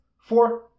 Four